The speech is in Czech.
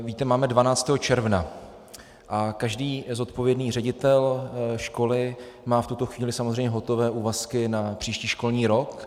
Víte, máme 12. června a každý zodpovědný ředitel školy má v tuto chvíli samozřejmě hotové úvazky na příští školní rok.